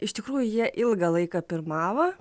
iš tikrųjų jie ilgą laiką pirmavo